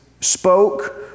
spoke